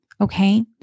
okay